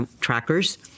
trackers